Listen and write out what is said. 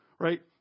right